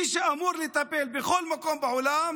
מי שאמור לטפל בכל מקום בעולם